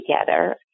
together